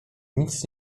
nic